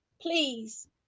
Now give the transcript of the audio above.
please